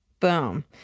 Boom